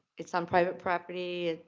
it's on private property,